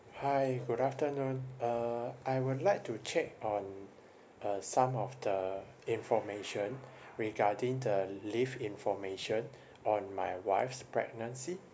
hi good afternoon uh I would like to check on uh some of the information regarding the leave information on my wife's pregnancy